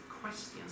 questions